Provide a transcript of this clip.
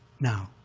now,